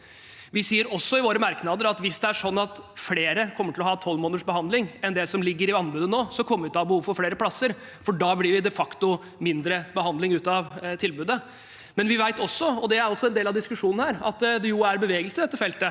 Vi sier også i våre merknader at hvis flere kommer til å ha tolv måneders behandling enn det som ligger inne i anbudet nå, kommer vi til å ha behov for flere plasser, for da blir det de facto mindre behandling ut av tilbudet. Samtidig vet vi – og det er også en del av diskusjonen her – at det er bevegelse i dette feltet,